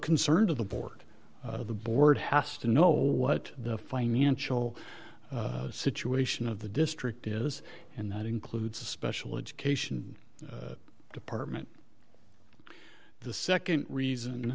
concern to the board the board has to know what the financial situation of the district is and that includes the special education department the nd reason